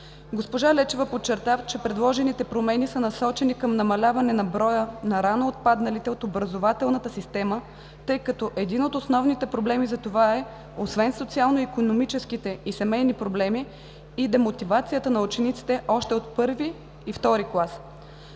Госпожа Лечева подчерта, че предложените промени са насочени към намаляване на броя на рано отпадналите от образователната система, тъй като един от основните проблеми за това е, освен социално-икономическите и семейни проблеми, и демотивацията на учениците още от първи и втори клас.